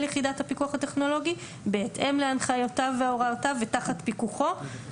יחידת הפיקוח הטכנולוגי בהתאם להנחיותיו והוראותיו ותחת פיקוחו,